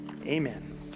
Amen